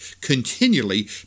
continually